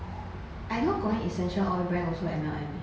I know got one essential oil brand also M_L_M